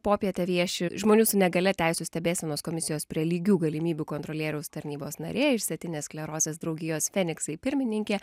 popietę vieši žmonių su negalia teisių stebėsenos komisijos prie lygių galimybių kontrolieriaus tarnybos narė išsėtinės sklerozės draugijos feniksai pirmininkė